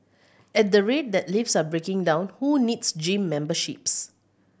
at the rate that lifts are breaking down who needs gym memberships